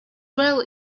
well